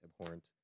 abhorrent